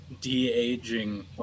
de-aging